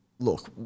Look